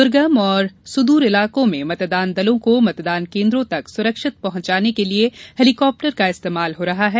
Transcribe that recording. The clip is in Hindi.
दुर्गम तथा सुदूर इलाकों में मतदान दलों को मतदान केन्द्रों तक सुरक्षित पहुंचाने के लिए हेलीकाप्टर का इस्तेमाल हो रहा है